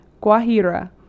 Guajira